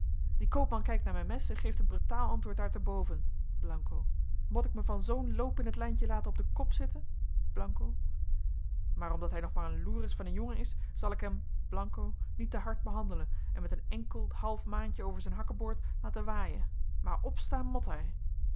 die koopman kijkt naar mijn mes en geeft een bretaal antwoord daar te boven mot ik me van zoo'n loop in t lijntje laten op den kop zitten maar omdat hij nog maar een loeris van een jongen is zal ik hem niet te hard behandelen en met een enkeld half maantje over zijn hakkebord laten waaien maar opstaan mot hij